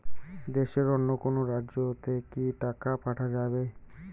দেশের অন্য কোনো রাজ্য তে কি টাকা পাঠা যাবে?